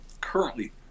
currently